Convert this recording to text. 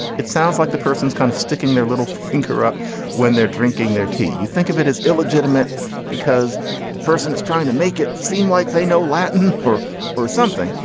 it sounds like the person's kind of sticking their little finger up when they're drinking their tea. you think of it as illegitimate because the person is trying to make it seem like they know latin or or something.